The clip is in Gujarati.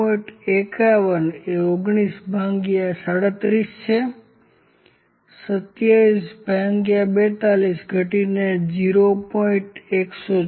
51 એ 19 ભાગ્યા 37 છે 27 ભાગ્યા 42 ઘટીને 0